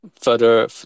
further